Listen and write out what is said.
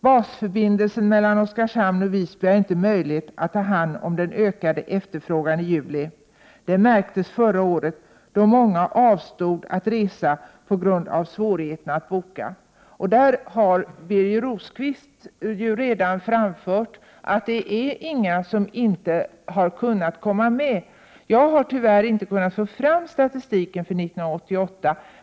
Basförbindelsen mellan Oskarshamn och Visby har inte möjlighet att ta hand om den ökade efterfrågan i juli. Detta märktes redan förra året då många avstod från att resa på grund av svårigheterna att boka plats. Birger Rosqvist har redan framfört att det inte finns någon som inte har kunnat komma med. Jag har tyvärr inte kunnat få fram statistiken för 1988.